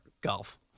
golf